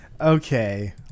Okay